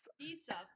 Pizza